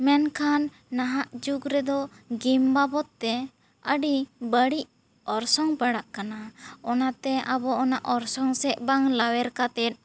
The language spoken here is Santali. ᱢᱮᱱᱠᱷᱟᱱ ᱱᱟᱦᱟᱜ ᱡᱩᱜᱽ ᱨᱮᱫᱚ ᱜᱮᱢ ᱵᱟᱵᱚᱛ ᱛᱮ ᱟᱹᱰᱤ ᱵᱟᱹᱲᱤᱡ ᱚᱨᱥᱚᱝ ᱯᱟᱲᱟᱜ ᱠᱟᱱᱟ ᱚᱱᱟᱛᱮ ᱟᱵᱚ ᱚᱱᱟ ᱚᱨᱥᱚᱝ ᱥᱮᱫ ᱵᱟᱝ ᱞᱟᱣᱮᱨ ᱠᱟᱛᱮᱫ